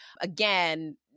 Again